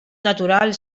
natural